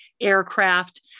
aircraft